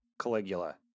Caligula